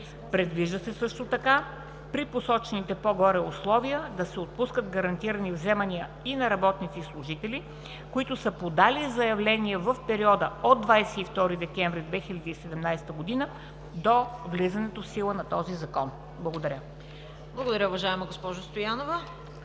Предвижда се също така при посочените по-горе условия да се отпускат гарантирани вземания и на работници и служители, които са подали заявление в периода от 22 декември 2017 г. до влизането в сила на този закон. Благодаря. ПРЕДСЕДАТЕЛ ЦВЕТА КАРАЯНЧЕВА: Благодаря, уважаема госпожо Стоянова.